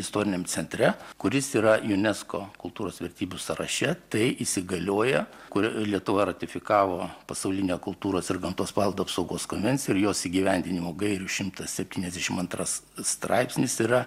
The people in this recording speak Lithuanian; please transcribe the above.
istoriniam centre kuris yra unesco kultūros vertybių sąraše tai įsigalioja kur lietuva ratifikavo pasaulinę kultūros ir gamtos paveldo apsaugos konvenciją ir jos įgyvendinimo gairių šimtas septyniasdešim antras straipsnis yra